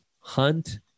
Hunt